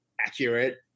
accurate